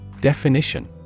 Definition